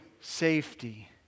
safety